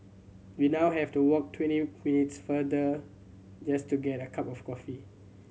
we now have to walk twenty minutes farther just to get a cup of coffee